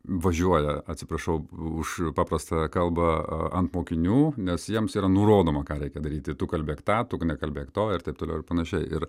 važiuoja atsiprašau už paprastą kalbą ant mokinių nes jiems yra nurodoma ką reikia daryti tu kalbėk tą tu nekalbėk to ir taip toliau ir panašiai ir